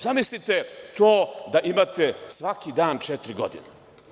Zamislite to da imate svaki dan četiri godine?